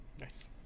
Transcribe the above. nice